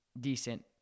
decent